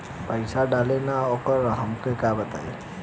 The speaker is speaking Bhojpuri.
पईसा डाले ना आवेला हमका बताई?